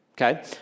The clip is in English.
Okay